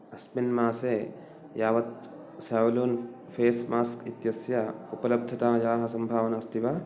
अस्मिन् मासे यावत् सावलोन् फ़ेस् मास्क् इत्यस्य उपलब्धतायाः सम्भावना अस्ति वा